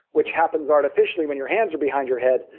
which happens artificially when your hands are behind your head,